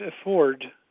afford